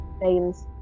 names